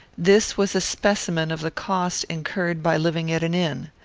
this was a specimen of the cost incurred by living at an inn.